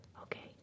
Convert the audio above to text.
Okay